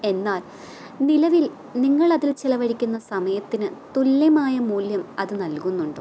എന്നാൽ നിലവിൽ നിങ്ങളതിൽ ചെലവഴിക്കുന്ന സമയത്തിന് തുല്യമായ മൂല്യം അത് നൽകുന്നുണ്ടോ